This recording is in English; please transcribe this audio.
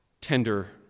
tender